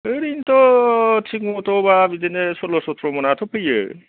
ओरैनो थ' थिग म'थ बा बिदिनो सल्ल' सथ्र मनाथ' फैयो